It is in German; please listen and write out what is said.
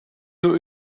nur